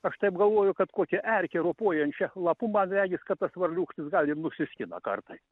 aš taip galvoju kad kokią erkę ropojančią lapu man regis kad tas varliūkštis gal ir nusiskina kartais